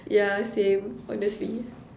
yeah same honestly